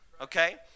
okay